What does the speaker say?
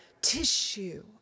tissue